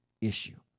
issue